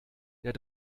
der